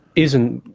isn't,